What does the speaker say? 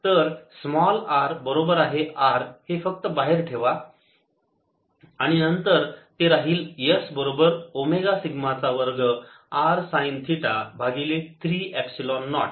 तर small r बरोबर R हे फक्त बाहेर ठेवा आणि नंतर ते राहील S बरोबर ओमेगा सिग्मा चा वर्ग R साईन थिटा भागिले 3 एपसिलोन नॉट